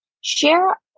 Share